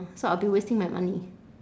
so I'll be wasting my money